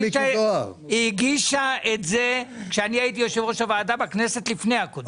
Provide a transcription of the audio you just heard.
היא הגישה את זה כשאני הייתי יושב-ראש הוועדה בכנסת לפני הקודמת.